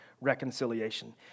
reconciliation